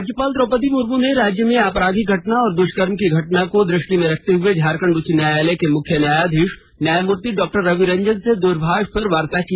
राज्यपाल द्रौपदी मुर्मू ने राज्य में आपराधिक घटना और दुष्कर्म की घटना को दृष्टि में रखते हुए झारखंड उच्च न्यायालय के मुख्य न्यायाधीश न्यायमूर्ति डॉ रवि रंजन से दूरभाष पर वार्ता की